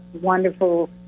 wonderful